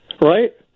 right